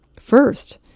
First